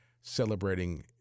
celebrating